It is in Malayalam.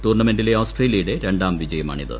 ടൂർണ്ണമെന്റിലെ ഓസ്ട്രേലിയയുടെ രണ്ടാം വിജയമാണിത്